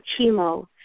chemo